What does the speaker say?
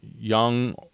young